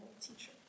teacher